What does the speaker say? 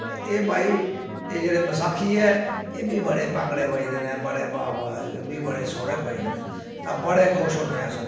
ते एह् भाई एह् जेह्ड़ी बसाखी ऐ एह् बी बड़े भांगड़े बजदे न बड़े वाह् वाह एह् बी बड़े सोह्ने बजदे न बड़े खुश होन्ने अस